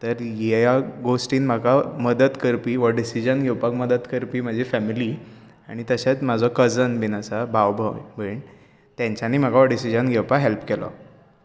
तर ह्या गोश्टीन म्हाका मदत करपी हो डिसजन घेवपाक मदत करपी म्हजी फेमिली आनी तशेंच म्हजो कजन बीन आसा भाव भयण तेंच्यानी म्हाका हो डिसीजन घेवपाक हॅल्प केलो